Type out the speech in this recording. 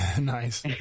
Nice